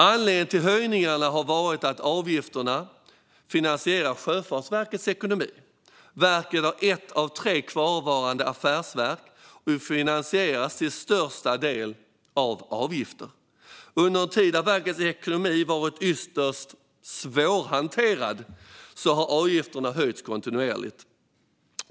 Anledningen till höjningarna har varit att avgifterna finansierar Sjöfartsverkets ekonomi. Verket är ett av tre kvarvarande affärsverk och finansieras till största delen av avgifter. Under en tid då verkets ekonomi har varit ytterst svårhanterad har avgifterna höjts kontinuerligt.